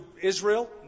Israel